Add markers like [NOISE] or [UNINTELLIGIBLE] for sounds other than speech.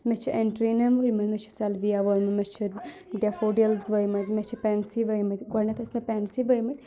مےٚ چھِ اینٛٹریا [UNINTELLIGIBLE] مےٚ چھُ سیلویا ؤیمٕتۍ مےٚ چھِ ڈیفوڈِلز ؤیمٕتۍ مےٚ چھِ پیٚنسی ؤیمٕتۍ گۄڈٕنیٚتھ ٲسۍ مےٚ پیٚنسی ؤیمٕتۍ